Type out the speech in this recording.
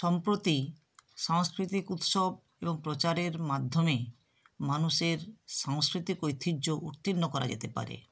সম্প্রতি সাংস্কৃতিক উৎসব এবং প্রচারের মাধ্যমে মানুষের সাংস্কৃতিক ঐতিহ্য উত্তীর্ণ করা যেতে পারে